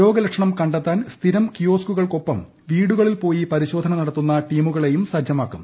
രോഗലക്ഷണം കണ്ടെത്താൻ സ്ഥിരം കിയോസ്കുകൾക്കൊപ്പം വീടുകളിൽപ്പോയി പരിശോധന നടത്തുന്ന ടീമുകളെയും സജ്ജമാക്കും